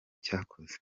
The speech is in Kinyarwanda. cyakoze